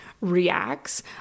reacts